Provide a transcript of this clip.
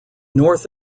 north